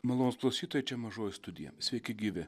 malonūs klausytojai čia mažoji studija sveiki gyvi